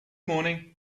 morning